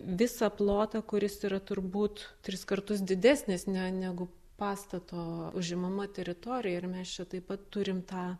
visą plotą kuris yra turbūt tris kartus didesnis negu pastato užimama teritorija ir mes čia taip pat turim tą